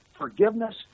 forgiveness